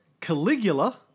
Caligula